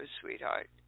sweetheart